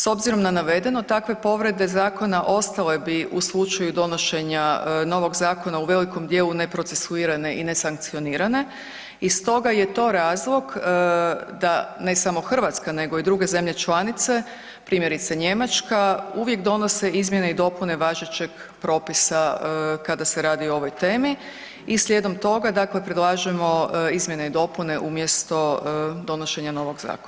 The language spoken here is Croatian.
S obzirom na navedeno, takve povrede zakona ostale bi u slučaju donošenja novog zakona u velikom djelu neprocesuirane i nesankcionirane, iz toga je to razlog da ne samo Hrvatska nego i druge zemlje članice, primjerice Njemačka, uvijek donose izmjene i dopune važećeg propisa kada se radi o ovoj temi i slijedom toga, dakle predlažemo izmjene i dopune umjesto donošenja novog zakona.